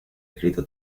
escrito